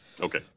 Okay